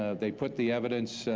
ah they put the evidence,